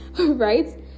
right